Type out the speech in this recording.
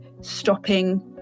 stopping